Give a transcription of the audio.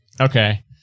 Okay